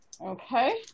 Okay